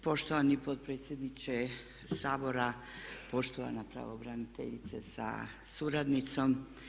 Poštovani potpredsjedniče Sabora, poštovana pravobraniteljice sa suradnicom.